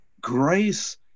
grace